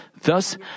Thus